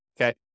okay